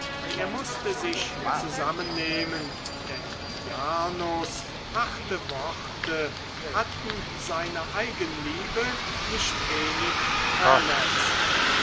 er mußte sich zusammennehmen denn jarnos harte worte hatten seine eigenliebe nicht wenig verletzt